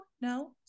no